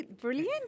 brilliant